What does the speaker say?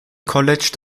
college